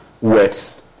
words